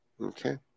Okay